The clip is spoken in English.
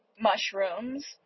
mushrooms